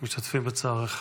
משתתפים בצערך.